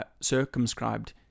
circumscribed